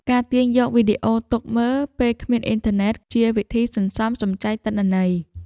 ការទាញយកវីដេអូទុកមើលពេលគ្មានអ៊ីនធឺណិត ជាវិធីសន្សំសំចៃទិន្នន័យ។